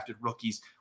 rookies